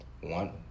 One